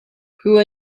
who